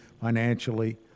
financially